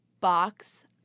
box